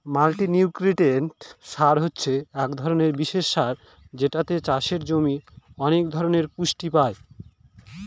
multinutrient সার হছে এক ধরনের বিশেষ সার যেটাতে চাষের জমির অনেক ধরনের পুষ্টি পাই